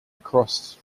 across